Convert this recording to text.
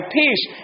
peace